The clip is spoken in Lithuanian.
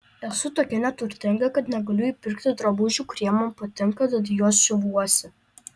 esu tokia neturtinga kad negaliu įpirkti drabužių kurie man patinka tad juos siuvuosi